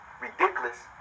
ridiculous